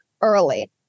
early